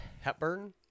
Hepburn